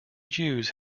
jews